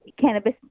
cannabis